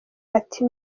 ati